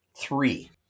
three